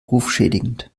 rufschädigend